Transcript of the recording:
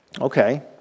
okay